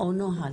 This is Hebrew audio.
או נוהל